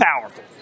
powerful